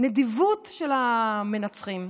"נדיבות של מנצחים".